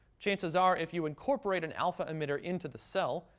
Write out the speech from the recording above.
chances are, if you incorporate an alpha emitter into the cell,